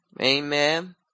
Amen